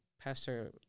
Pastor